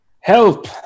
Help